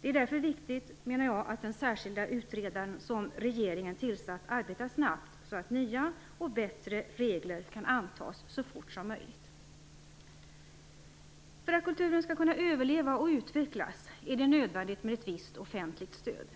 Det är därför viktigt, menar jag, att den särskilda utredaren som regeringen tillsatt arbetar snabbt, så att nya och bättre regler kan antas så fort som möjligt. För att kulturen skall kunna överleva och utvecklas är det nödvändigt med ett visst offentligt stöd.